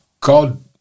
God